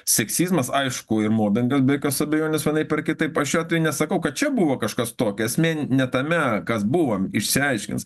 seksizmas aišku ir mobingas be jokios abejonės vienaip ar kitaip aš čia tai nesakau kad čia buvo kažkas tokio esmė ne tame kas buvom išsiaiškins